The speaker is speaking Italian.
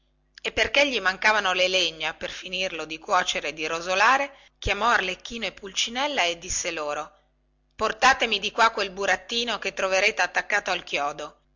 e perché gli mancavano la legna per finirlo di cuocere e di rosolare chiamò arlecchino e pulcinella e disse loro portatemi di qua quel burattino che troverete attaccato al chiodo